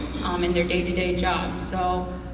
um in their day to day job, so